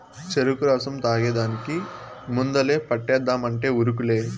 చెరుకు రసం తాగేదానికి ముందలే పంటేద్దామంటే ఉరుకులే